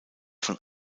von